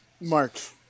March